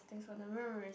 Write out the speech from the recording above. thanks for the memories